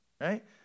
Right